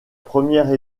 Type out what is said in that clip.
première